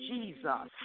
Jesus